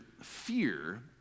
fear